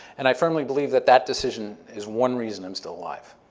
and i firmly believe that that decision is one reason i'm still alive.